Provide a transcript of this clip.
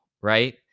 right